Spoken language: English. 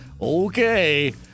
okay